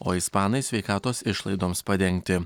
o ispanai sveikatos išlaidoms padengti